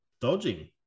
dodging